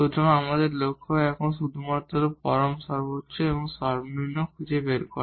সুতরাং আমাদের লক্ষ্য এখন শুধুমাত্র পরম ম্যাক্সিমা এবং মিনিমা খুঁজে বের করা